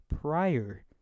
prior